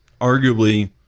arguably